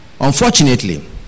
Unfortunately